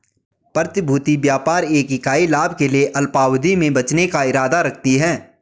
प्रतिभूति व्यापार एक इकाई लाभ के लिए अल्पावधि में बेचने का इरादा रखती है